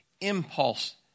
impulse